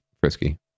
frisky